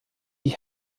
die